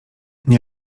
nie